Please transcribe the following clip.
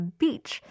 beach